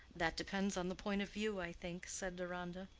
that depends on the point of view, i think, said deronda.